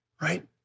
right